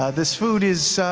ah this food is.